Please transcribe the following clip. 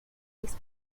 this